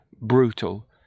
brutal